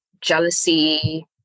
jealousy